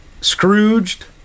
Scrooged